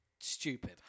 stupid